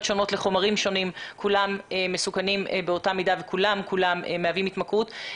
שונות לחומרים שונים וכולם מסוכנים באותה מידה וכולם מהווים התמכרות.